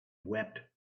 wept